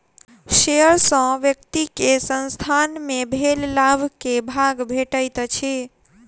share सॅ व्यक्ति के संसथान मे भेल लाभ के भाग भेटैत अछि